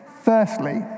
Firstly